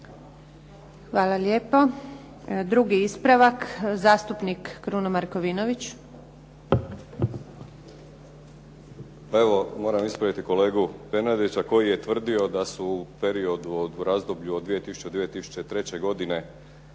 Hvala lijepo. Drugi ispravak. Zastupnik Kruno Markovinović. **Markovinović, Krunoslav (HDZ)** Pa evo, moram ispraviti kolegu Bernardića koji je tvrdio da su u periodu, razdoblju od 2000.-2003. godine